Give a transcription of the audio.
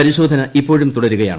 പരിശോധ്യന ഇപ്പോഴും തുടരുകയാണ്